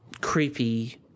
creepy